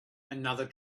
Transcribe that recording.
another